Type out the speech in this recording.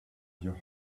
your